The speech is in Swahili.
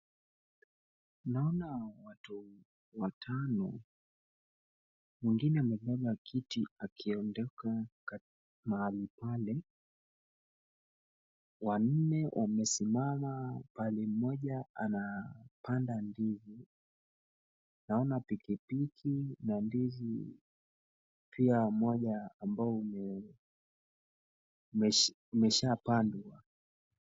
Naona watu watano mwingine amebeba kiti akiondoka mahali pale. Wanne wamesimama pahali mmoja anapanda ndizi. Naona pikipiki na ndizi pia moja ambao umeshapandwa.